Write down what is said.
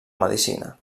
medicina